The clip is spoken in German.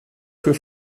für